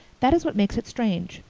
that is what makes it strange.